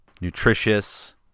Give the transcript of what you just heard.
nutritious